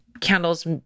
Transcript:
candles